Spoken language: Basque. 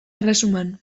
erresuman